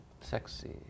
Sexy